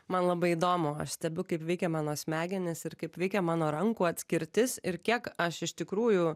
man labai įdomu aš stebiu kaip veikia mano smegenys ir kaip veikia mano rankų atskirtis ir kiek aš iš tikrųjų